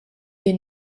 wir